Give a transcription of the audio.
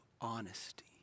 honesty